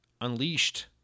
Unleashed